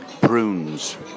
Prunes